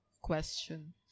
question